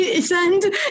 send